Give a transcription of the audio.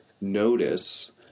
notice